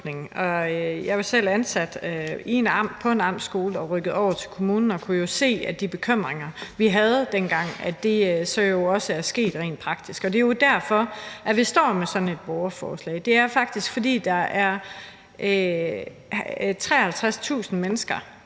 Jeg var selv ansat på en amtsskole og rykkede over til kommunen og kunne jo se, at de bekymringer, vi havde dengang, også er sket rent praktisk. Det er derfor, at vi står med sådan et borgerforslag. Det er, fordi der faktisk er 53.000 mennesker,